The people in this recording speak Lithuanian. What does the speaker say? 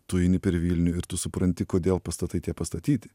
tu eini per vilnių ir tu supranti kodėl pastatai pastatyti